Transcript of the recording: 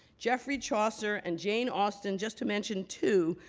geoffrey chaucer and jane austen, just to mention two,